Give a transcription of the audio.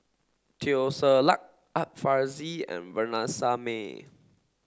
Teo Ser Luck Art Fazil and Vanessa Mae